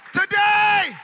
Today